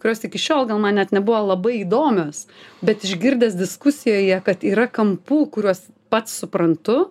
kurios iki šiol gal man net nebuvo labai įdomios bet išgirdęs diskusijoje kad yra kampų kuriuos pats suprantu